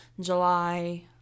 July